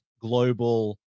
global